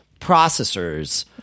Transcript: processors